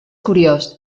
curiós